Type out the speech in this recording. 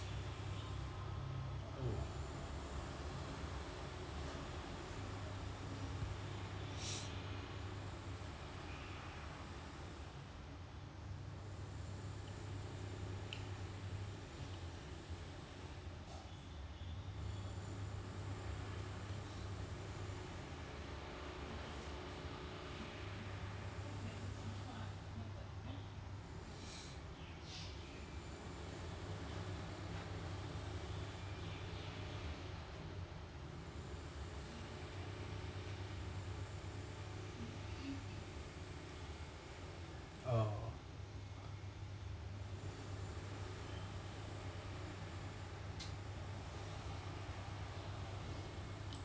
uh oo